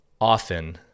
Often